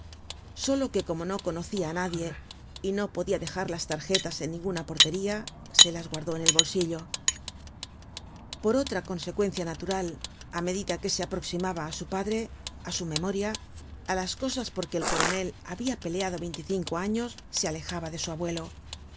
solo que como no conocia á nadie y no podia dejar las tarjetas en ninguna portería se las guardó en el bolsillo por otra consecuencia natural á medida que se aproximaba á su padre á su memoria á las cosas porque el coronel habia peleado veinticinco años se alejaba de su abuelo